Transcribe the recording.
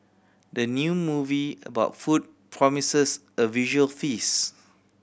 the new movie about food promises a visual feast